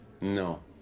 No